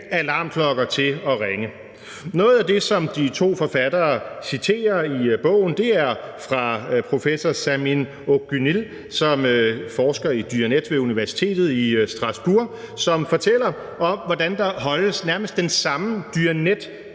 alarmklokker til at ringe. Noget af det, som de to forfattere citerer i bogen, er fra professor Samin Akgönül, som forsker i Diyanet ved universitetet i Strasbourg, og som fortæller om, hvordan der holdes nærmest den samme